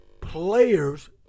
players